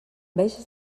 veges